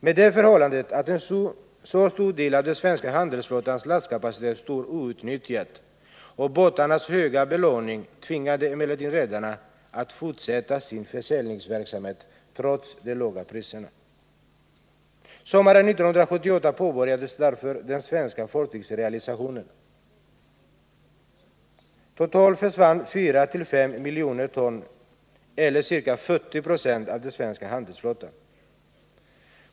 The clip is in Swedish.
Men det förhållandet att en så stor del av den svenska handelsflottans lastkapacitet stod outnyttjad och båtarnas höga belåning tvingade redarna att fortsätta sin försäljningsverksamhet trots de låga priserna. Sommaren 1978 påbörjades därför den svenska fartygsrealisationen. Totalt försvann 4-5 miljoner ton d.w. eller ca 40 26 av den svenska handelsflottan.